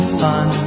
fun